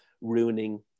ruining